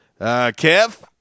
Kev